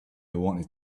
wanted